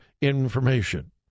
information